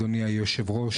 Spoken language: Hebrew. אדוני היושב-ראש,